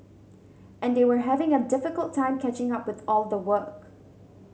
and they were having a difficult time catching up with all the work